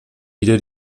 wieder